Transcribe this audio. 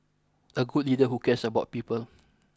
a good leader who cares about people